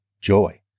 joy